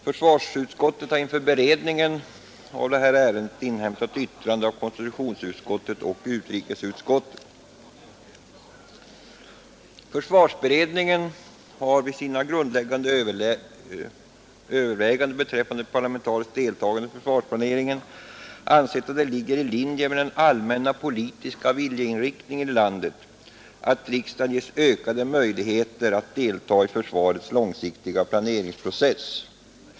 Försvarsutskottet har inför beredningen av ärendet inhämtat yttrande av konstitutionsutskottet och utrikesutskottet. Försvarsutredningen har vid sina grundläggande överväganden beträffande parlamentariskt deltagande i försvarsplaneringen ansett att det ligger i linje med den allmänna politiska viljeinriktningen i landet att riksdagen ges ökade möjligheter att delta i försvarets långsiktiga planeringsprocess.